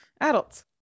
adults